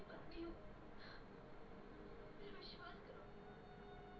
पानी के बहाव क रोके से माटी के कटला से बचावल जा सकल जाला